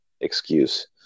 excuse